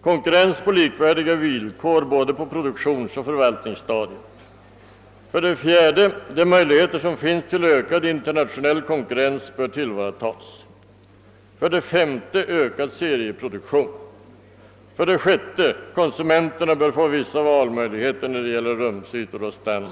Konkurrens på likvärdiga villkor på både produktionsoch förvaltningsstadiet. 4) De möjligheter som finns till ökad internationell konkurrens bör tillvaratas. 6) Konsumenterna bör få vissa valmöjligheter när det gäller rumsytor och standard.